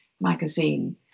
magazine